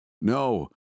No